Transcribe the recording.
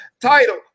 title